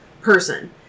person